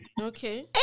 okay